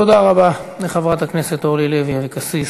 תודה רבה לחברת הכנסת אורלי לוי אבקסיס.